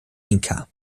inka